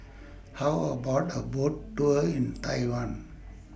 How about A Boat Tour in Taiwan